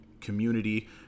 community